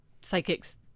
psychics